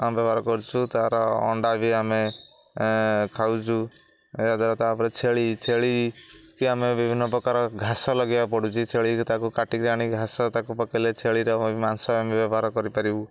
ବ୍ୟବହାର କରୁଛୁ ତାର ଅଣ୍ଡା ବି ଆମେ ଖାଉଛୁ ଏହାଦ୍ଵାରା ତାପରେ ଛେଳି ଛେଳିିକି ଆମେ ବିଭିନ୍ନ ପ୍ରକାର ଘାସ ଲଗେଇବା ପଡ଼ୁଛି ଛେଳିକୁ ତାକୁ କାଟିକିରି ଆଣିକି ଘାସ ତାକୁ ପକେଇଲେ ଛେଳିର ମାଂସ ଆମେ ବ୍ୟବହାର କରିପାରିବୁ